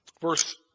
Verse